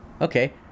Okay